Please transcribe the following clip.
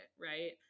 right